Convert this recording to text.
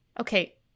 Okay